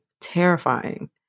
terrifying